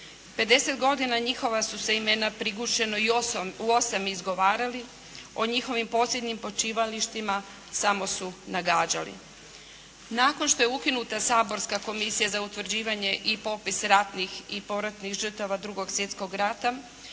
godina njihova su se imena prigušeno i u osami izgovarala, o njihovim posljednjim počivalištima samo su nagađali. Nakon što je ukinuta saborska Komisija za utvrđivanje i popis ratnih i poratnih žrtava drugog svjetskog rata